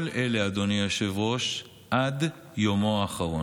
כל אלה, אדוני היושב-ראש, עד יומו האחרון.